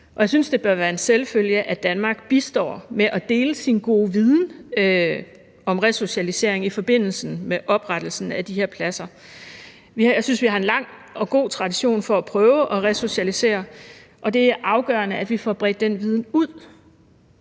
det bør være en selvfølge, at Danmark bistår med at dele sin gode viden om resocialisering i forbindelse med oprettelsen af de her pladser. Jeg synes, at vi har en lang og god tradition for at prøve at resocialisere, og det er afgørende, at vi får bredt den viden ud.